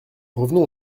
revenons